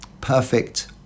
perfect